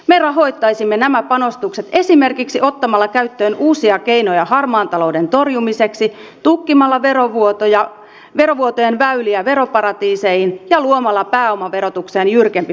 me rahoittaisimme nämä panostukset esimerkiksi ottamalla käyttöön uusia keinoja harmaan talouden torjumiseksi tukkimalla verovuotojen väyliä veroparatiiseihin ja luomalla pääomaverotukseen jyrkemmän progression